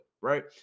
right